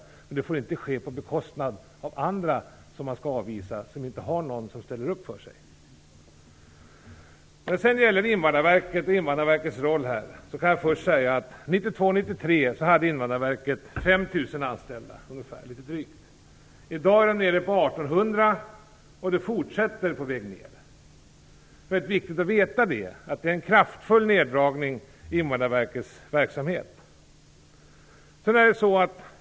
Men detta får inte ske på bekostnad av andra människor som skall avvisas och som inte har någon som ställer upp för dem. Jag skall nämna något om Invandrarverket och dess roll. Under 1992-1993 hade Invandrarverket drygt 5 000 anställda. I dag är siffran 1 800, och den fortsätter att minska. Det är viktigt att känna till denna kraftfulla neddragning i Invandrarverkets verksamhet.